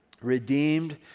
Redeemed